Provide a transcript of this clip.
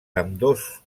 ambdós